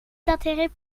d’intérêt